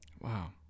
Wow